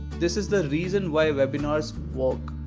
this is the reason why webinars work.